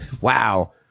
Wow